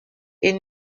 est